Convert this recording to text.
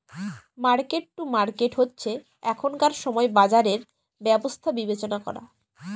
market to market হচ্ছে এখনকার সময় বাজারের ব্যবস্থা বিবেচনা করা